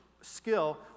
skill